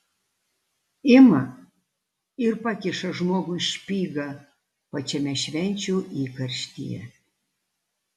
ima ir pakiša žmogui špygą pačiame švenčių įkarštyje